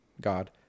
God